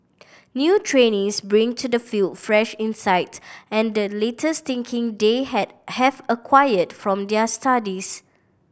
new trainees bring to the field fresh insight and the latest thinking they had have acquired from their studies